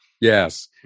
Yes